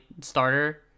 starter